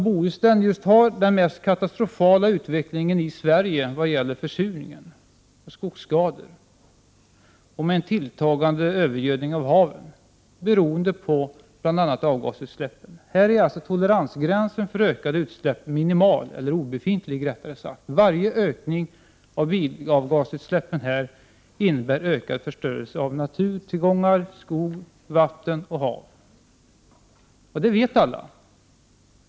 Bohuslän har den mest katastrofala utvecklingen i Sverige vad gäller på bl.a. avgasutsläppen. Här är toleransgränsen för ökade utsläpp minimal eller rättare sagt obefintlig. Varje ökning av avgasutsläppen innebär ökad förstörelse av naturtillgångar, skog, vatten och hav. Det vet alla.